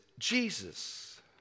Jesus